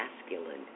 masculine